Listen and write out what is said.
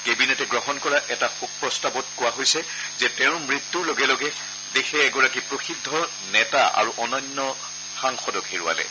কেবিনেটে গ্ৰহণ কৰা এটা শোক প্ৰস্তাৱত কোৱা হৈছে যে তেওঁৰ মৃত্যূৰ লগে লগে দেশে এগৰাকী প্ৰসিদ্ধ নেতা আৰু অনন্য সাংসদক হেৰুৱালে